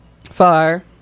far